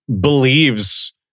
believes